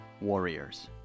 Warriors